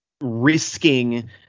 risking